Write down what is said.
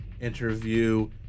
interview